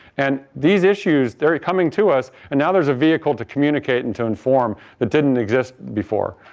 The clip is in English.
and these issues they're coming to us and now there is a vehicle to communicate and to inform that didn't exist before.